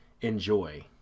enjoy